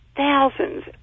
Thousands